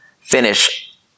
finish